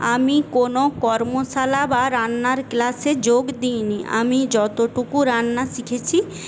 আমি কোনো কর্মশালা বা রান্নার ক্লাসে যোগ দিইনি আমি যতটুকু রান্না শিখেছি